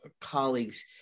colleagues